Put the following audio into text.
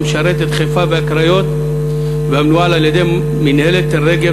המשרת את חיפה והקריות והמנוהל על-ידי מינהלת "תל-רגב,